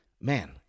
Man